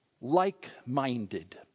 like-minded